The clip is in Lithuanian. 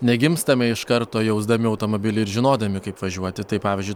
negimstame iš karto jausdami automobilį ir žinodami kaip važiuoti tai pavyzdžiui